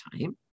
time